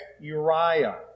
Uriah